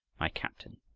my captain.